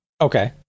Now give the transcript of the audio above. Okay